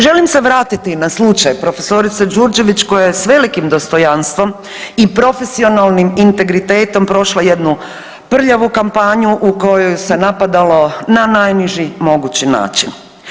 Želim se vratiti na slučaj profesorice Đurđević koja je s velikim dostojanstvom i profesionalnim integritetom prošla jednu prljavu kampanju u kojoj je se napadalo na najniži mogući način.